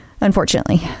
Unfortunately